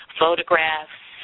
photographs